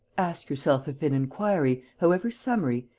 ask yourself if an inquiry, however summary,